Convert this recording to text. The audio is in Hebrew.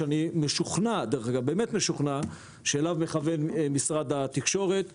שאני באמת משוכנע שאליו מכוון משרד התקשורת,